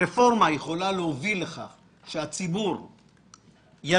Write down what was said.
רפורמה יכולה להוביל לכך שהציבור ירוויח,